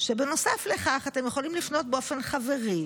שבנוסף לכך אתם יכולים לפנות באופן חברי